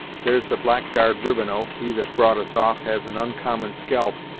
there's the blackguard rivenoak, he that brought us off has an oncommon scalp,